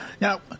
Now